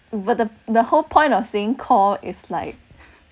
but the the whole point of saying core is like